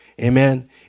amen